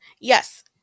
yes